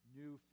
new